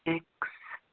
six,